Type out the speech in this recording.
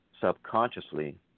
Subconsciously